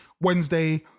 Wednesday